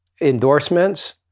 endorsements